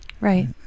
Right